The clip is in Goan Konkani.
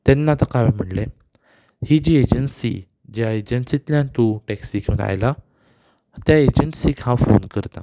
तेन्ना ताका हांवें म्हणले ही जी एजन्सी ज्या एजन्सींतल्यान तूं टॅक्सी घेवन आयला त्या एजन्सीक हांव फोन करतां